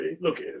look